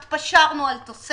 יחד איתכם התפשרנו על תוספת,